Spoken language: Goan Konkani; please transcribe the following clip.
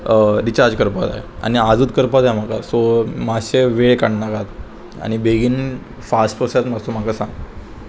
रिचार्ज करपा जाय आनी आजूत करपा जाय म्हाका सो मातशें वेळ काडनाकात आनी बेगीन फास्ट प्रोसेस मातसो म्हाका सांग